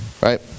Right